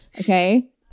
Okay